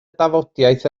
dafodiaith